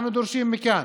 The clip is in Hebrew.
אנחנו דורשים מכאן